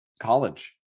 college